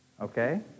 Okay